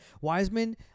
Wiseman